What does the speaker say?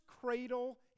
Cradle